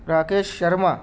Rakesh Sharma